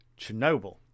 Chernobyl